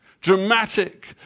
dramatic